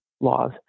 laws